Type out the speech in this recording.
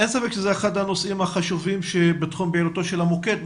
אין ספק שזה אחד הנושאים החשובים בתחום פעילותו של המוקד.